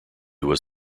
was